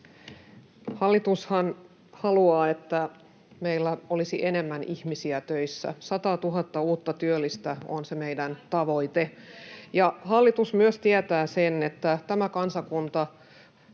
Hallitushan haluaa, että meillä olisi enemmän ihmisiä töissä. 100 000 uutta työllistä on se meidän tavoite. Hallitus myös tietää, että tämän kansakunnan